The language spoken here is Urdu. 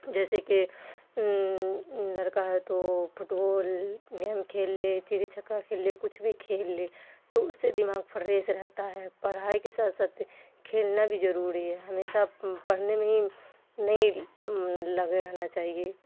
جیسے کہ لڑکا ہے تو فٹ بال گیم کھیل لے چری چھکا کھیل لے کچھ بھی کھیل لے تو اس سے دماغ فریش رہتا ہے پڑھائی کے ساتھ ساتھ کھیلنا بھی ضروری ہے ہمیشہ پڑھنے میں ہی نہیں لگے رہنا چاہیے